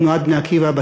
תנועת "בני עקיבא",